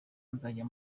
nzajya